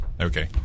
Okay